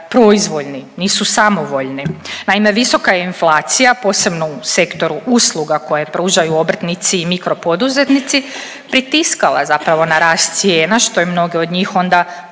proizvoljni, nisu samovoljni. Naime, visoka inflacija posebno u sektoru usluga koje pružaju obrtnici i mikropoduzetnici pritiskala zapravo na rast cijena što je mnoge od njih onda